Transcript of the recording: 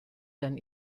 sein